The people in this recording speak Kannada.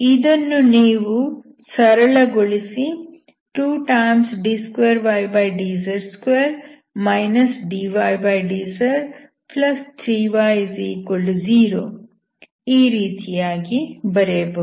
ಇದನ್ನು ನೀವು ಸರಳಗೊಳಿಸಿ 2d2ydz2 dydz3y0 ಈ ರೀತಿಯಾಗಿ ಬರೆಯಬಹುದು